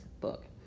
book